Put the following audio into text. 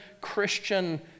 Christian